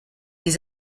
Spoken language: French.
les